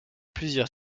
plusieurs